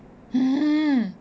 hmm